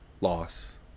loss